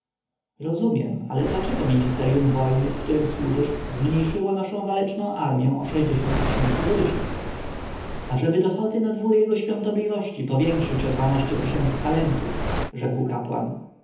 rozumiem ale dlaczego ministerjum wojny w którem służysz zmniejszyło naszą waleczną armję o sześćdziesiąt tysięcy ludzi ażeby dochody na dwór jego świątobliwości powiększyć o dwanaście tysięcy talentów rzekł kapłan